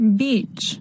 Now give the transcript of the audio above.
beach